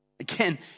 Again